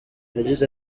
yagize